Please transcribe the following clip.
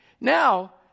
Now